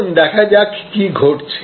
এখন দেখা যাক কি ঘটছে